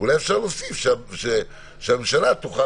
אולי אפשר להוסיף שהממשלה תוכל.